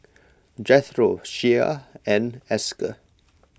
Jethro Shea and Esker